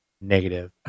Negative